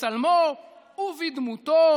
בצלמו ובדמותו,